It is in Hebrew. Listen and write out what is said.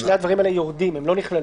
שני הדברים האלה יורדים, הם לא נכללים.